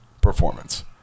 performance